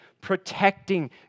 protecting